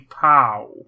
pow